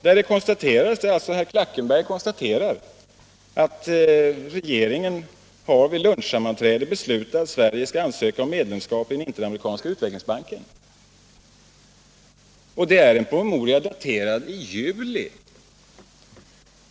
Där konstaterar alltså herr Klackenberg att regeringen har vid lunchsammanträde beslutat att Sverige skall ansöka om medlemskap i Interamerikanska utvecklingsbanken. Det är en promemoria, daterad i juli.